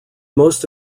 most